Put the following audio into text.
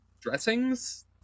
dressings